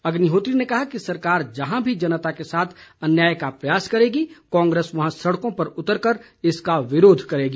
अग्निहोत्री ने कहा कि सरकार जहां भी जनता के साथ अन्याय का प्रयास करेगी कांग्रेस वहां सड़कों पर उतरकर इसका विरोध करेगी